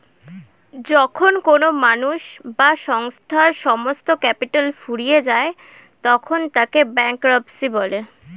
যখন কোনো মানুষ বা সংস্থার সমস্ত ক্যাপিটাল ফুরিয়ে যায় তখন তাকে ব্যাঙ্করাপ্সি বলে